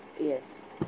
Yes